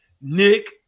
Nick